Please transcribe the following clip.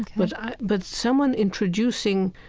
but but someone introducing